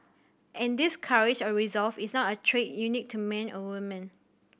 and this courage or resolve is not a trait unique to men or women